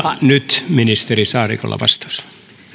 nyt ministeri saarikolla vastaus